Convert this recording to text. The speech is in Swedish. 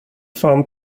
fan